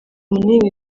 munini